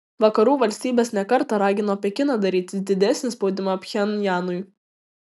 vakarų valstybės ne kartą ragino pekiną daryti didesnį spaudimą pchenjanui